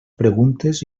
preguntes